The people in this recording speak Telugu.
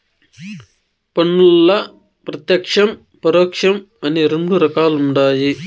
పన్నుల్ల ప్రత్యేక్షం, పరోక్షం అని రెండు రకాలుండాయి